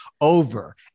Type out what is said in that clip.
over